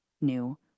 new